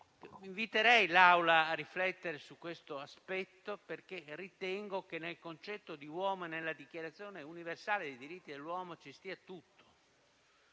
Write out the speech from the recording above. Inviterei l'Assemblea a riflettere su questo aspetto, perché ritengo che nel concetto di uomo e nella Dichiarazione universale dei diritti dell'uomo ci stia tutto: